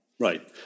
Right